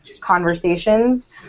conversations